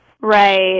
Right